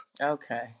Okay